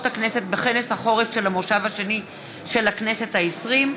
הכנסת בכנס החורף של המושב השני של הכנסת העשרים,